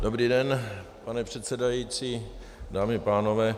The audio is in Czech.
Dobrý den, pane předsedající, dámy a pánové.